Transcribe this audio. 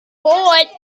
board